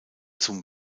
zum